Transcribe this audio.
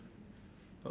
ah